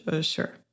sure